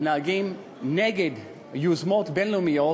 מתנהלים נגד יוזמות בין-לאומיות,